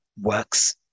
works